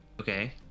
Okay